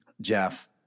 Jeff